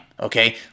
okay